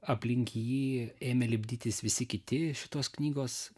aplink jį ėmė lipdytis visi kiti šitos knygos